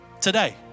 today